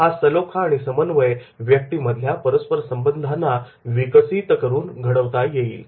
हा सलोखा आणि समन्वय व्यक्तींमधल्या परस्पर संबंधांना विकसित करूनच घडवता येईल